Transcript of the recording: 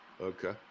Okay